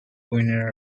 winning